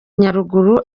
nyaruguru